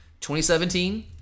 2017